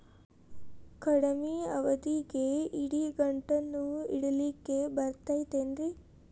ಕಡಮಿ ಅವಧಿಗೆ ಇಡಿಗಂಟನ್ನು ಇಡಲಿಕ್ಕೆ ಬರತೈತೇನ್ರೇ?